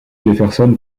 jefferson